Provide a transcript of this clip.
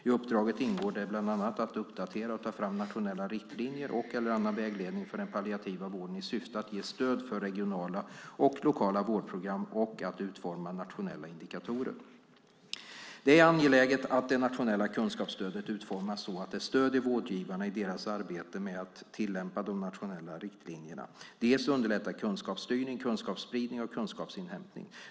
I uppdraget ingår det bland annat att uppdatera och ta fram nationella riktlinjer och/eller annan vägledning för den palliativa vården i syfte att ge stöd för regionala och lokala vårdprogram och att utforma nationella indikatorer. Det är angeläget att det nationella kunskapsstödet utformas så att det stöder vårdgivarna i deras arbete med att tillämpa de nationella riktlinjerna, att det bland annat underlättar kunskapsstyrning, kunskapsspridning och kunskapsinhämtning.